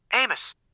Amos